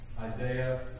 Isaiah